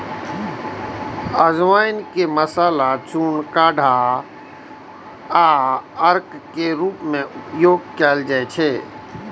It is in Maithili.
अजवाइन के मसाला, चूर्ण, काढ़ा, क्वाथ आ अर्क के रूप मे उपयोग कैल जाइ छै